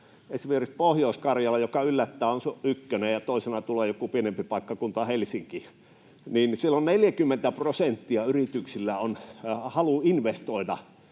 Esimerkiksi Pohjois-Karjala, joka yllättää, on ykkönen — ja toisena tulee joku pienempi paikkakunta, Helsinki — ja siellä on 40 prosentilla yrityksistä halua investoida